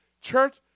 Church